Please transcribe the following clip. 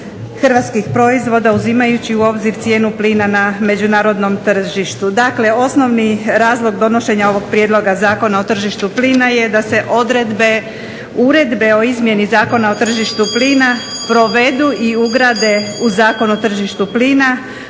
hrvatskih proizvoda uzimajući u obzir cijenu plina na međunarodnom tržištu. Dakle, osnovni razlog donošenja ovog Prijedloga zakona o tržištu plina je da se odredbe Uredbe o izmjeni Zakona o tržištu plina provedu i ugrade u Zakon o tržištu plina